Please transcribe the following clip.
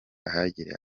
ahegereye